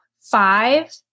five